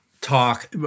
talk